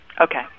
Okay